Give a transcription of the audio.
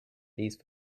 these